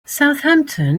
southampton